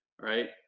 right